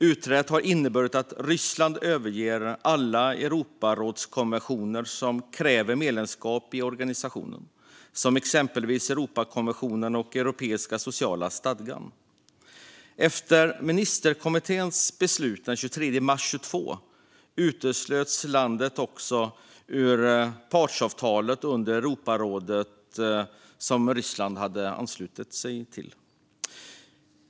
Utträdet har inneburit att Ryssland överger alla Europarådskonventioner som kräver medlemskap i organisationen, exempelvis Europakonventionen och den europeiska sociala stadgan. Efter ministerkommitténs beslut den 23 mars 2022 uteslöts också Ryssland ur de partsavtal under Europarådet som landet hade anslutit sig till.